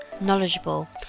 knowledgeable